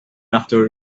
after